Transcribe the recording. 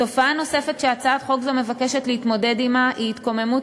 תופעה נוספת שהצעת חוק זו מבקשת להתמודד עמה היא התקוממות